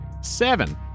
Seven